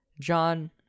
John